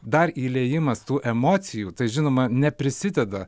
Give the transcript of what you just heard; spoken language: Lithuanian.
dar įliejimas tų emocijų tai žinoma neprisideda